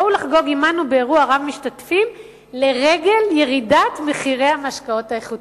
בואו לחגוג עמנו באירוע רב משתתפים לרגל ירידת מחירי המשקאות האיכותיים,